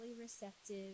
receptive